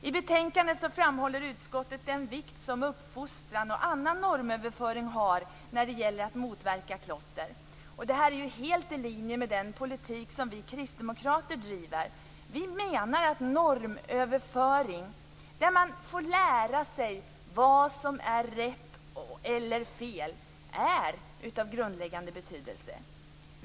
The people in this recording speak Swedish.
I betänkandet framhåller utskottet den vikt som uppfostran och annan normöverföring har när det gäller att motverka klotter. Detta är helt i linje med den politik som vi kristdemokrater driver. Vi menar att normöverföring, att man får lära sig vad som är rätt eller fel, är av grundläggande betydelse.